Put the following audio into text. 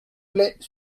plait